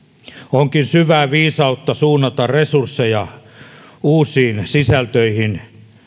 onkin syvää viisautta suunnata resursseja uusiin sisältöihin